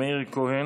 מאיר כהן,